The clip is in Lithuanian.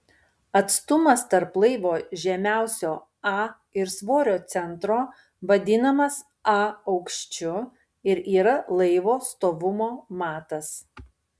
atstumas tarp laivo žemiausio a ir svorio centro vadinamas a aukščiu ir yra laivo stovumo matas